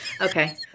Okay